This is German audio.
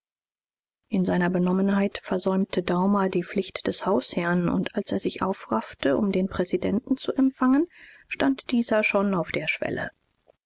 in seiner benommenheit versäumte daumer die pflicht des hausherrn und als er sich aufraffte um den präsidenten zu empfangen stand dieser schon auf der schwelle